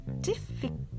difficult